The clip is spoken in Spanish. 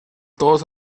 todos